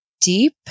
deep